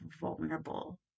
vulnerable